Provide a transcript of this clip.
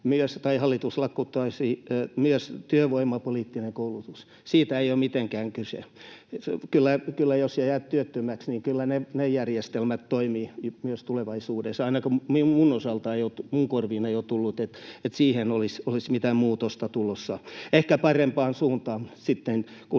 että hallitus lakkauttaisi myös työvoimapoliittisen koulutuksen: siitä ei ole mitenkään kyse. Jos jäät työttömäksi, niin kyllä ne järjestelmät toimivat myös tulevaisuudessa. Ainakaan minun osalta ei ole korviini tullut, että siihen olisi mitään muutosta tulossa — ehkä parempaan suuntaan, sitten kun TE-toimistot